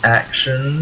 action